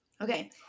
Okay